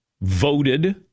voted